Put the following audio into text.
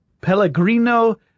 Pellegrino